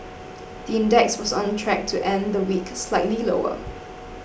the index was on track to end the week slightly lower